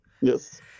Yes